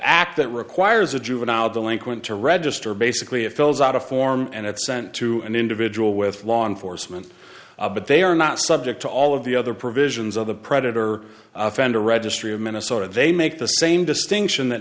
act that requires a juvenile delinquent to register basically a fills out a form and it's sent to an individual with law enforcement but they are not subject to all of the other provisions of the predator offender registry of minnesota they make the same distinction that